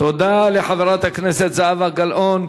תודה לחברת הכנסת זהבה גלאון.